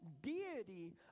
deity